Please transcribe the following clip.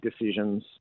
decisions